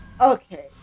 Okay